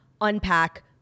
unpack